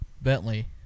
Bentley